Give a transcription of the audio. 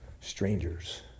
Strangers